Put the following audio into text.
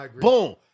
boom